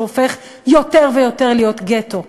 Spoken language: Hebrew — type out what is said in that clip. שהופך להיות יותר ויותר גטו.